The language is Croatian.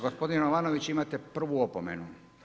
Gospodin Jovanović, imate prvu opomenu.